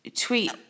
tweet